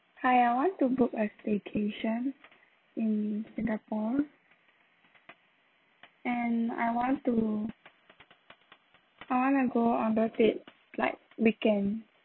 hi I want to book a staycation in singapore and I want to I want to go on vacate~ like weekend